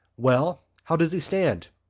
well? how does he stand?